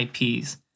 IPs